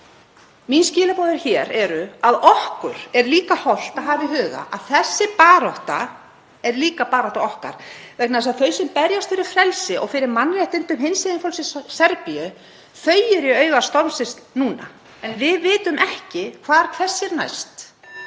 Skilaboð mín hér eru að okkur er hollt að hafa í huga að þessi barátta er líka barátta okkar vegna þess að þau sem berjast fyrir frelsi og fyrir mannréttindum hinsegin fólks í Serbíu eru í auga stormsins núna en við vitum ekki hvar hvessir næst